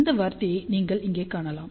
இந்த வார்த்தையை நீங்கள் இங்கே காணலாம்